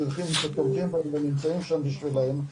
מדריכים שתומכים בהם ונמצאים שם בשבילם,